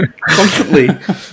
constantly